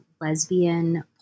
lesbian